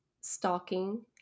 stalking